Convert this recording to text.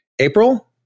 April